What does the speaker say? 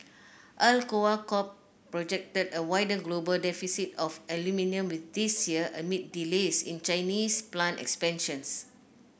Alcoa Corp projected a wider global deficit of aluminium this year amid delays in Chinese plant expansions